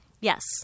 Yes